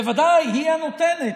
בוודאי, היא הנותנת.